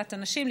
שדולת הנשים,